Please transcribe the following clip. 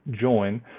join